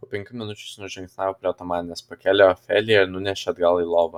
po penkių minučių jis nužingsniavo prie otomanės pakėlė ofeliją ir nunešė atgal į lovą